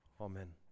Amen